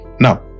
now